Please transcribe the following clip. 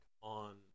on